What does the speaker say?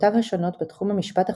בפסיקותיו השונות בתחום המשפט החוקתי,